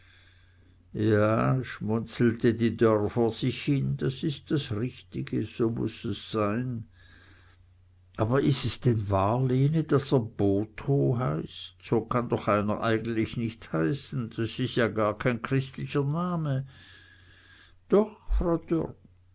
ja schmunzelte die dörr vor sich hin das is das richtige so muß es sein aber is es denn wahr lene daß er botho heißt so kann doch einer eigentlich nich heißen das is ja gar kein christlicher name doch